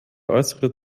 äußere